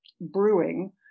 brewing